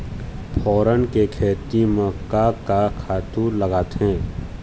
फोरन के खेती म का का खातू लागथे?